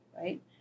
right